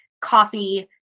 coffee